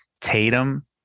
Tatum